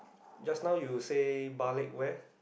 just now you say balik where